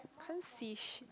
can't see shit